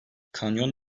kanyon